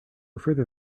further